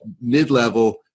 mid-level